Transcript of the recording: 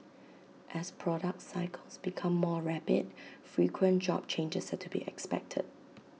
as product cycles become more rapid frequent job changes are to be expected